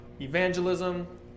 evangelism